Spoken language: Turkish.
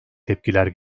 tepkiler